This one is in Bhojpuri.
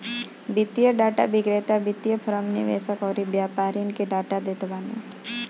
वित्तीय डाटा विक्रेता वित्तीय फ़रम, निवेशक अउरी व्यापारिन के डाटा देत बाने